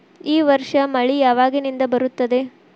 ಈ ವರ್ಷ ಮಳಿ ಯಾವಾಗಿನಿಂದ ಬರುತ್ತದೆ?